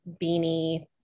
beanie